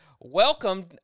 Welcome